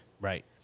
Right